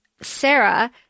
Sarah